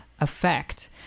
Effect